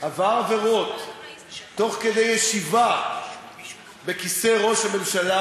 עבר עבירות תוך כדי ישיבה בכיסא ראש הממשלה,